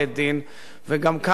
וגם כאן יעזור בית-דין,